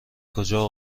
کجا